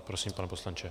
Prosím, pane poslanče.